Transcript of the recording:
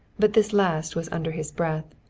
but this last was under his breath.